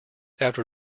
after